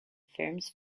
firms